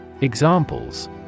Examples